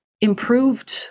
improved